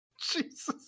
Jesus